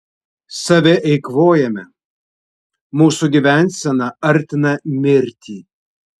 save eikvojame mūsų gyvensena artina mirtį